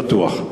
אני בטוח.